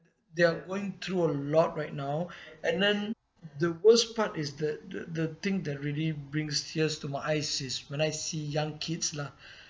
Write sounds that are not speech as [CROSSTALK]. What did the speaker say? they are going through a lot right now [BREATH] and then the worst part is that the the thing that really brings tears to my eyes is when I see young kids lah